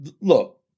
Look